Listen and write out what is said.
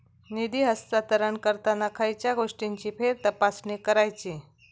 निधी हस्तांतरण करताना खयच्या गोष्टींची फेरतपासणी करायची?